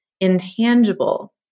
intangible